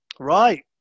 right